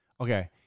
Okay